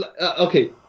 Okay